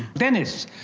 dennis,